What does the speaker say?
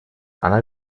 она